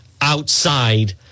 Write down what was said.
outside